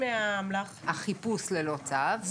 החיפוש ללא צו,